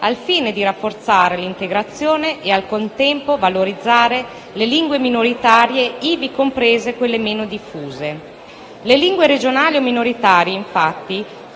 al fine di rafforzare l'integrazione e al contempo valorizzare le lingue minoritarie, ivi comprese quelle meno diffuse. Le lingue regionali e minoritarie, infatti,